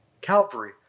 Calvary